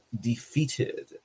defeated